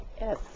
Yes